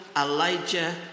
Elijah